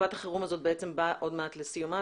תקופת החירום הזו באה עוד מעט לסיומה,